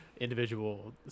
individual